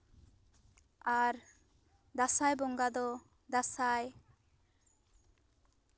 ᱟᱨ ᱫᱟᱸᱥᱟᱭ ᱵᱚᱸᱜᱟ ᱫᱚ ᱫᱟᱸᱥᱟᱭ